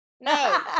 no